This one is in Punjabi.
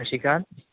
ਸਤਿ ਸ਼੍ਰੀ ਅਕਾਲ